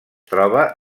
troba